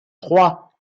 trois